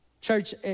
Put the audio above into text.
Church